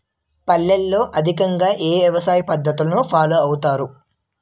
పల్లెల్లో అధికంగా ఏ వ్యవసాయ పద్ధతులను ఫాలో అవతారు?